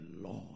Lord